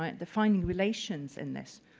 and finding relations in this.